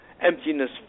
emptiness